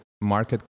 market